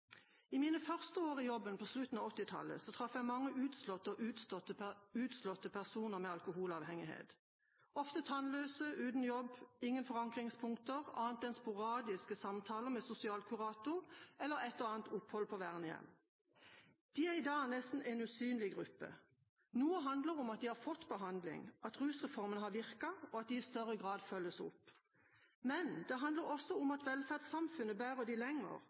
I mine første år i jobben på slutten av 1980-tallet traff jeg mange utslåtte og utstøtte personer med alkoholavhengighet – ofte tannløse, uten jobb, ingen forankringspunkter annet enn sporadiske samtaler med sosialkurator eller et og annet opphold på vernehjem. De er i dag en nesten usynlig gruppe. Noe handler om at de har fått behandling, at rusreformen har virket, og at de i større grad følges opp. Men det handler også om at velferdssamfunnet bærer dem lenger,